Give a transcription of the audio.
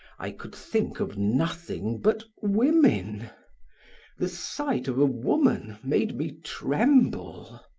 i could think of nothing but women the sight of a woman made me tremble.